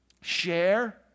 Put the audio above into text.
share